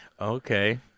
Okay